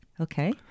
okay